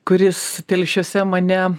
kuris telšiuose mane